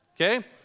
okay